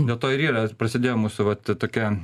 dėl to ir yra prasidėjo mūsų vat tokia